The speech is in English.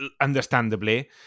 understandably